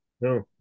No